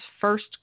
first